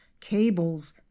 cables